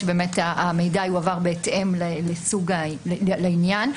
שהמידע יועבר בהתאם לעניין,